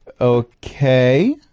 okay